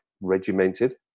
regimented